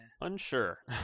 unsure